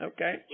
Okay